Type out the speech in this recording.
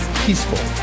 peaceful